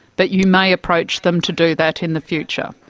but you may approach them to do that in the future?